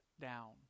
down